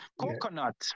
Coconut